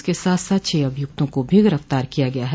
इसके साथ साथ छह अभिय्क्तों को भी गिरफ्तार किया गया है